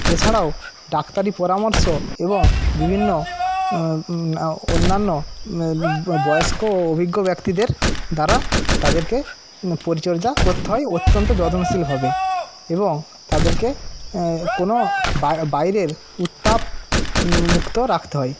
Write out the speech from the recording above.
এছাড়াও ডাক্তারি পরামর্শ এবং বিভিন্ন অন্যান্য ব বয়স্ক অভিজ্ঞ ব্যক্তিদের দ্বারা তাদেরকে পরিচর্যা করতে হয় অত্যন্ত যত্নশীলভাবে এবং তাদেরকে কোন বা বাইরের উত্তাপ মুক্ত রাখতে হয়